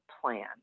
plan